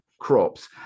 crops